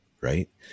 Right